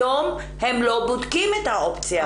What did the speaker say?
היום הם לא בודקים את האופציה הזאת.